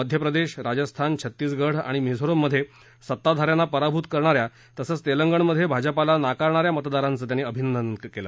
मध्यप्रदेश राजस्थान छत्तीसगढ आणि मिझोराम मध्ये सत्ताधा यांना पराभूत करणाऱ्या तसंच तेलंगणमधे भाजपाला नाकारणार्या मतदारांचं त्यांनी अभिनंदन केलं